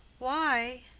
why?